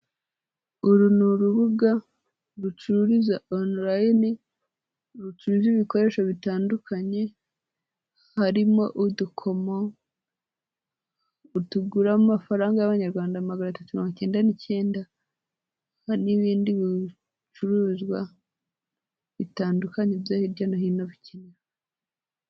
Uru ni urubuga rucururiza onilayini. Rucuruza ibikoresho bitandukanye harimo udukomo, utugura amafaranga y'abanyarwanda magana atatu mirongo icyenda n'icyenda, n'ibindi bicuruzwa bitandukanye byo hirya no hino biki.